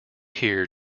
here